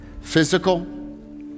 physical